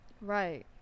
Right